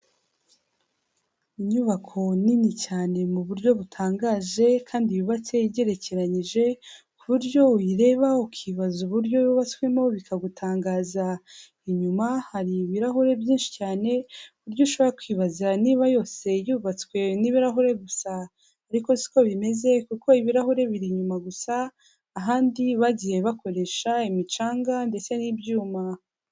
Inyubako nini cyane mu buryo butangaje kandi yubatse igerekeranyije, ku buryo uyireba ukibaza uburyo yubatswemo bikagutangaza, inyuma hari ibirahure byinshi cyane ku buryo ushobora kwibaza niba yose yubatswe n'ibirahuri gusa, ariko siko bimeze kuko ibirahuri biri inyuma gusa, ahandi bagiye bakoresha imicanga ndetse n'ibyuma.